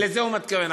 לזה הוא מתכוון,